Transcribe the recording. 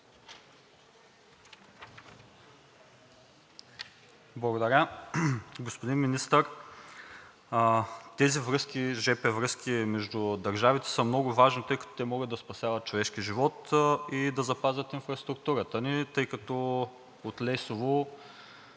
Благодаря. Господин Министър, тези железопътни връзки между държавите са много важни, тъй като те могат да спасяват човешки живот и да запазят инфраструктурата ни, тъй като от Лесово,